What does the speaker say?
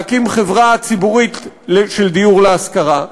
להקים חברה ציבורית של דיור להשכרה,